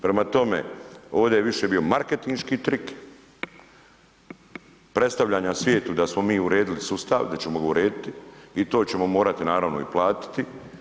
Prema tome, ovdje je više bio marketinški trik predstavljanja svijetu da smo mi uredili sustav, da ćemo ga urediti i to ćemo morati naravno platiti.